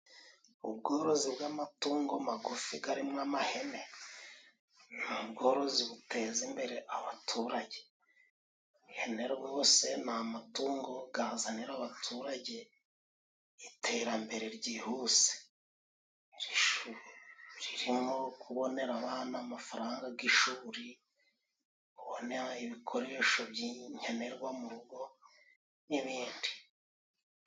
Ubworozi bw'amatungo magufi garirimwo amahene ni ubworozi buteza imbere abaturage. Ihene rwose ni amatungo gazanira abaturage iterambere ryihuse, ririmo kubonera abana amafaranga g'ishuri, kubona ibikoresho by'inkenerwa mu rugo, n'ibindi.